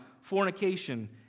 fornication